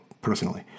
personally